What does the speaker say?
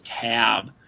tab